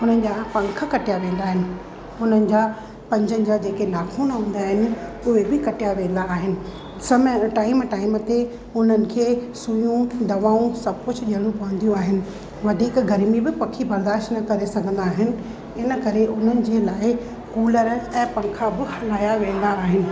उन्हनि जा पंख कटिया वेंदा आहिनि उन्हनि जा पंजनि जा जेके नाखून हूंदा आहिनि उहे बि कटिया वेंदा आहिनि समय टाईम टाईम ते उन्हनि खे सुयूं दवाऊं सभु कुझु ॾियणियूं पवंदियूं आहिनि वधीक गर्मी बि पखी बर्दाश्त न करे सघंदा आहिनि इन करे उन्हनि जे लाइ कूलर ऐं पंखा बि हलाया वेंदा आहिनि